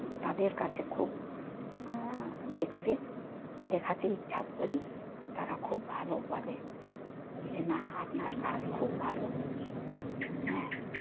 তাদের কাছে খুব দেখতে দেখাতে ইচ্ছা করি তারা খুব ভালো বলে যে না আপনার কাজ খুব ভালো হ্যাঁ